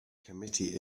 committee